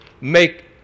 make